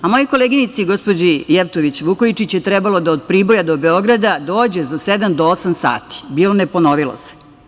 Mojoj koleginici gospođi Jevtović Vukojičić je trebalo od Priboja do Beograda dođe sedam do osam sati – bilo, ne ponovilo se.